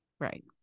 Right